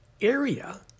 area